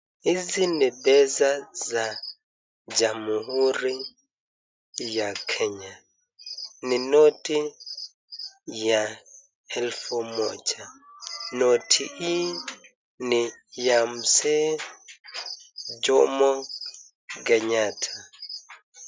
Zile de za Jamhuri ya Kenya. Ni noti ya 1000. Noti hii ni ya mzee Jomo Kenyatta.